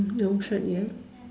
yellow shirt ya